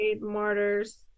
Martyrs